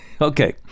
Okay